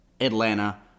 Atlanta